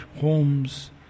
homes